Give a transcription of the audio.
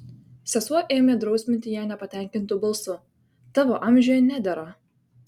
sesuo ėmė drausminti ją nepatenkintu balsu tavo amžiuje nedera